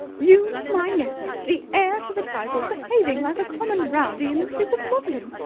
you my nephew, the heir to the title, behaving like a common rowdy in the streets of london.